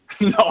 No